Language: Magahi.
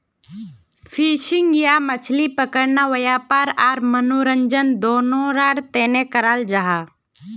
फिशिंग या मछली पकड़ना वयापार आर मनोरंजन दनोहरार तने कराल जाहा